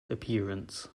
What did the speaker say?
appearance